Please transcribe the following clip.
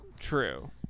True